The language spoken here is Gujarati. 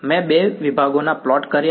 મેં બે વિભાગોના પ્લોટ કર્યા